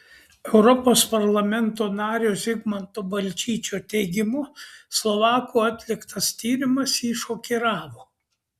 europos parlamento nario zigmanto balčyčio teigimu slovakų atliktas tyrimas jį šokiravo